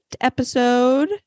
episode